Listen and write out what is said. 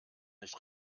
nicht